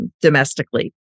Domestically